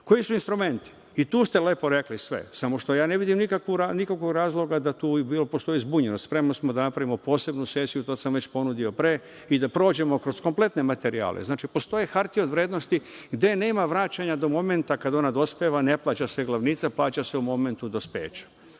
Koji su instrumenti? I tu ste lepo rekli sve, samo što ja ne vidim nikakvog razloga da tu postoji zbunjenost. Spremni smo da napravimo posebnu sesiju, to sam već ponudio pre, i da prođemo kroz kompletne materijale. Znači, postoje hartije od vrednosti gde nema vraćanja do momenta kad ona dospeva, ne plaća se glavnica, plaća se u momentu dospeća. Pomenuli